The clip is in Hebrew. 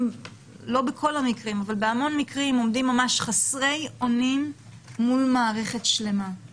לפעמים ממש חסרי אונים מול מערכת שלמה;